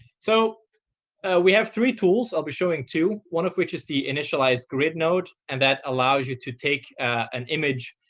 so we have three tools i'll be showing to you, one of which is the initialized grid node. and that allows you to take an image,